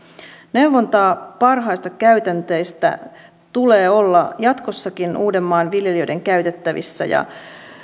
neuvontaa parhaista käytänteistä tulee olla jatkossakin uudenmaan viljelijöiden käytettävissä ja